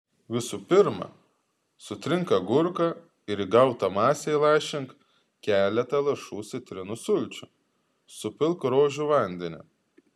visų pirma sutrink agurką ir į gautą masę įlašink keletą lašų citrinų sulčių supilk rožių vandenį